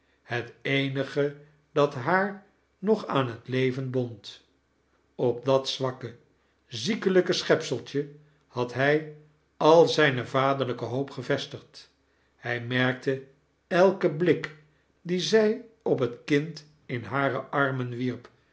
het eenige dat haar nog aan het leven bond op dat zwakke ziekelijke schepseltje had hij al zijne vaderlijke hoop gevestigd hij merkte elken blik dien zij op het kind in haire armen wierp